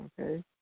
Okay